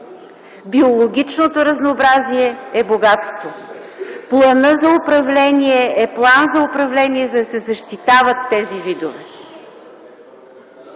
Биологичното разнообразие е богатство. Планът за управление е план за управление, за да се защитават тези видове.